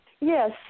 Yes